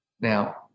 Now